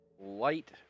light